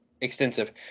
extensive